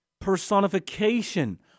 personification